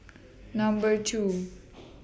Number two